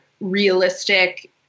realistic